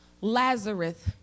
Lazarus